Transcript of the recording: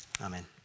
Amen